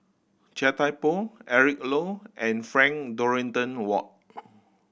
Chia Thye Poh Eric Low and Frank Dorrington Ward